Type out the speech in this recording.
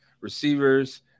receivers